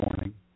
morning